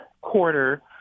quarter